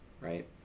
right